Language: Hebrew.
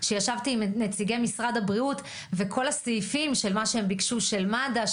שישבתי עם נציגי משרד הבריאות וכל הסעיפים של מה שהם ביקשו של מד"א,